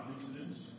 incidents